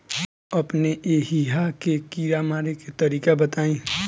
अपने एहिहा के कीड़ा मारे के तरीका बताई?